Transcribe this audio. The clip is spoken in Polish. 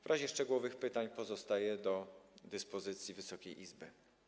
W razie szczegółowych pytań pozostaję do dyspozycji Wysokiej Izby.